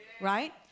Right